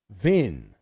Vin